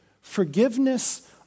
Forgiveness